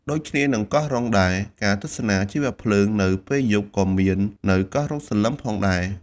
ដូចគ្នានឹងកោះរ៉ុងដែរ ការទស្សនាជីវភ្លើង នៅពេលយប់ក៏មាននៅលើកោះរ៉ុងសន្លឹមផងដែរ។